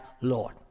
Lord